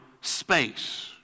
space